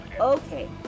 Okay